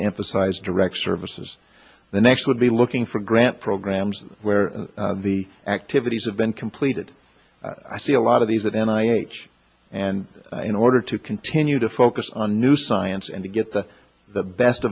to emphasize direct services the next would be looking for grant programs where the activities have been completed i see a lot of these and i age and in order to continue to focus on new science and to get the